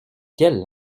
quelle